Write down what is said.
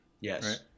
Yes